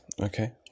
Okay